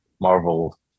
Marvel